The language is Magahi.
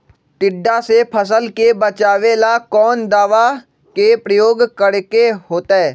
टिड्डा से फसल के बचावेला कौन दावा के प्रयोग करके होतै?